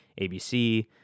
ABC